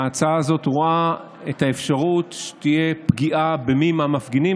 ההצעה הזאת רואה את האפשרות שתהיה פגיעה במי מהמפגינים,